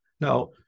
Now